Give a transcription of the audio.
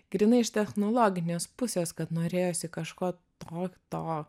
grynai iš technologinės pusės kad norėjosi kažko och to